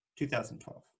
2012